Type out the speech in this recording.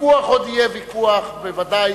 עוד יהיה ויכוח, בוודאי